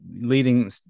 leading